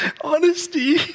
Honesty